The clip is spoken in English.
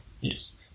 Yes